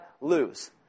lose